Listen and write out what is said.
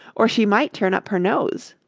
or she might turn up her nose.